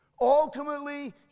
Ultimately